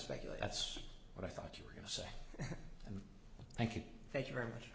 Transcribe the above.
speculate that's what i thought you were going to say and thank you thank you very much